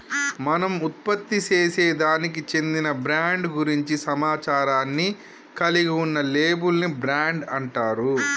మనం ఉత్పత్తిసేసే దానికి చెందిన బ్రాండ్ గురించి సమాచారాన్ని కలిగి ఉన్న లేబుల్ ని బ్రాండ్ అంటారు